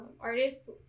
artists